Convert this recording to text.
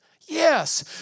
Yes